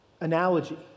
analogy